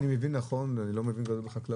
אם אני מבין נכון - אני לא מבין בחקלאות,